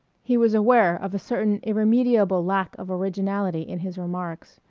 he was aware of a certain irremediable lack of originality in his remarks.